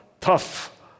tough